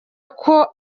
ako